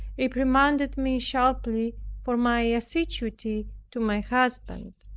reprimanded me sharply for my assiduity to my husband.